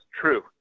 true